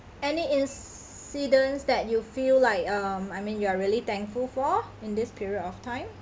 any incidents that you feel like um I mean you are really thankful for in this period of time